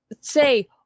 say